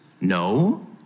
No